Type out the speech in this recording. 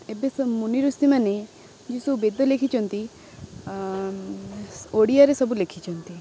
ଏବେ ସବୁ ମୁନିଋଷିମାନେ ଯେଉଁ ସବୁ ବେଦ ଲେଖିଛନ୍ତି ଓଡ଼ିଆରେ ସବୁ ଲେଖିଛନ୍ତି